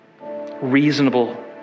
reasonable